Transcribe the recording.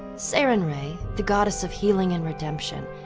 sarenrae, the goddess of healing and redemption,